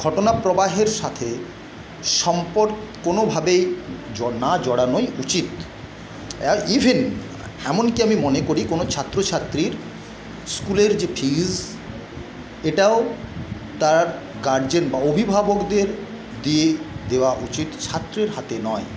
ঘটনাপ্রবাহের সাথে কোনওভাবেই না জড়ানোই উচিত ইভেন এমন কি আমি মনে করি কোনও ছাত্রছাত্রীর স্কুলের যে ফিস এটাও তার গার্জেন বা অভিভাবকদের দিয়ে দেওয়া উচিত ছাত্রের হাতে নয়